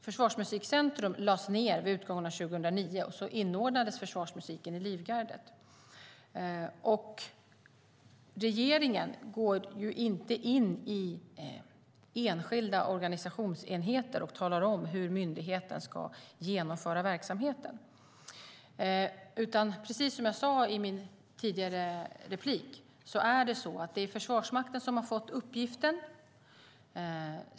Förvarsmusikcentrum lades ned vid utgången av 2009, och i stället inordnades försvarsmusiken i Livgardet. Regeringen går inte in i enskilda organisationsenheter och talar om hur myndigheten ska genomföra verksamheten. Det är, som jag sade, Försvarsmakten som har fått uppgiften.